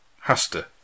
Hasta